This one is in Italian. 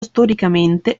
storicamente